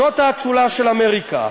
זאת האצולה של אמריקה.